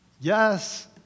yes